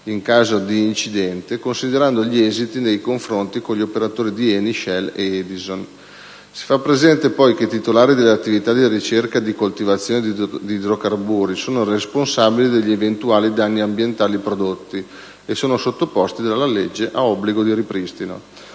in caso di incidente, considerando gli esiti dei confronti con gli operatori (ENI, Shell ed Edison). Si fa presente, poi, che i titolari delle attività di ricerca e di coltivazione di idrocarburi sono responsabili degli eventuali danni ambientali prodotti e sono sottoposti dalla legge a obbligo di ripristino.